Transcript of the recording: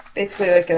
basically like and